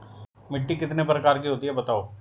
मिट्टी कितने प्रकार की होती हैं बताओ?